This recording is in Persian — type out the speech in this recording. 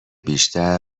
بیشتر